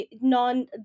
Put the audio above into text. non